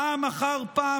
פעם אחר פעם,